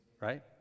Right